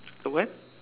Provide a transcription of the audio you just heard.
uh when